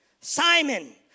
Simon